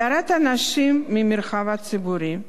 הדרת הנשים מהמרחב הציבורי,